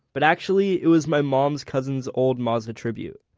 but actually it was my mom's cousin's old mazda tribute.